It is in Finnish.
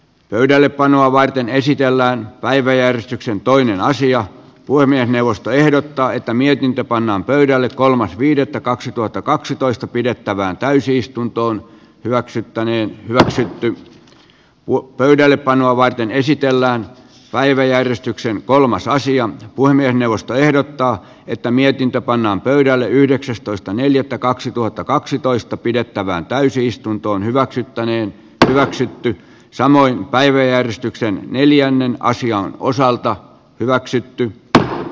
pöydällepanoa varten esitellään päiväjärjestyksen toiminnallisia voimia neuvosto ehdottaa että mietintö pannaan pöydälle kolmas viidettä kaksituhattakaksitoista pidettävään täysistuntoon hyväksyttäneen väsätty t uo pöydällepanoa varten esitellään päiväjärjestyksen kolmas saision puhemiesneuvosto ehdottaa että mietintö pannaan pöydälle yhdeksästoista neljättä kaksituhattakaksitoista pidettävään täysistuntoon hyväksyttäneen transitin samoin päiväjärjestykseen neljännen aasian osalta hyväksytty kaava